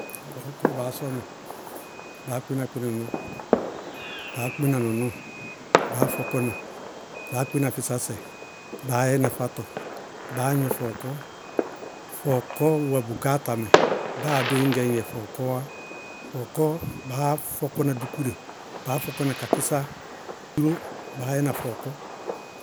Fɔɔkɔ, kʋʋ baá sɔna, baá kpɩna kpɩnaná, baá kpɩna nɔnɔɔ, baá fɔkɔna, baá kpɩna fɩsásɛ, baá yɛna fátɔ, baá gnɔ fɔɔkɔ, fɔɔkɔ wɛ bʋgááta mɛ báa béé ŋñgɛ ñ yɛ fɔɔkɔwá. Fɔɔkɔ baá fɔkɔ na dúkúre, baá fɔkɔna kakɩsa ró, baá yɛna fɔɔkɔ.